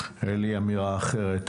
אין לי אמירה אחרת.